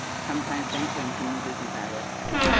sometimes venturing to new business areas too.